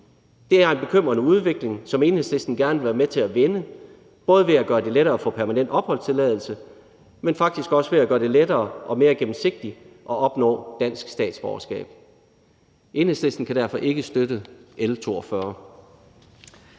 Det er en bekymrende udvikling, som Enhedslisten gerne vil med til at vende både ved at gøre det lettere at få permanent opholdstilladelse, men faktisk også ved at gøre det lettere og mere gennemsigtigt at opnå dansk statsborgerskab. Enhedslisten kan derfor ikke støtte L 42.